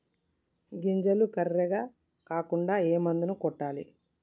గింజలు కర్రెగ కాకుండా ఏ మందును కొట్టాలి?